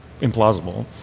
implausible